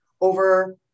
over